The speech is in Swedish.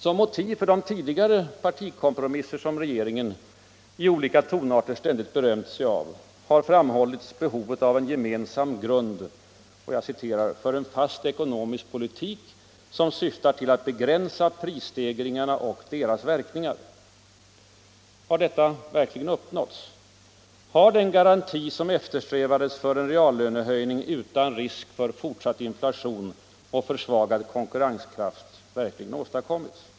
Som motiv för de tidigare partikompromisser som regeringen i olika tonarter ständigt berömt sig av har framhållits behovet av en ”gemensam grund för en fast ekonomisk politik som syftar till att begränsa prisstegringarna och deras verkningar”. Har detta uppnåtts? Har den garanti som eftersträvades för en reallönehöjning utan risk för fortsatt inflation och försvagad konkurrrenskraft verkligen åstadkommits?